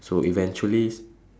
so eventually